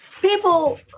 people